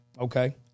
Okay